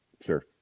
Sure